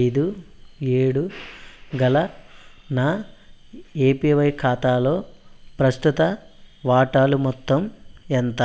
ఐదు ఏడు గల నా ఎపివై ఖాతాలో ప్రస్తుత వాటాలు మొత్తం ఎంత